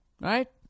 Right